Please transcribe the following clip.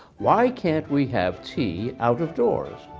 why can't we have tea out of doors.